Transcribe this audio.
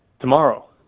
Tomorrow